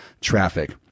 traffic